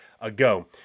ago